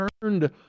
turned